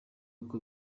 uko